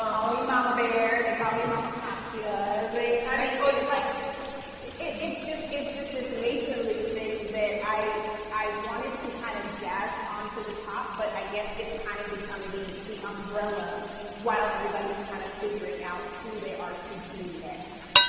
um me mama bear. they call me mama costia. like it's just it's just this matronly thing that i i wanted to kind of dash onto the top. but, i guess it's kind of become the the umbrella while everybody's kind of figuring out who they are to be next.